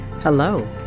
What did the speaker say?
Hello